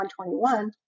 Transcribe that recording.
121